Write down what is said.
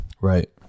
right